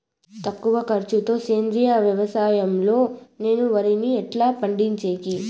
తక్కువ ఖర్చు తో సేంద్రియ వ్యవసాయం లో నేను వరిని ఎట్లా పండించేకి?